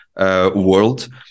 world